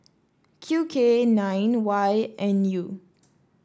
Q K nine Y N U